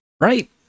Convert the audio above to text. Right